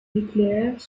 nucléaires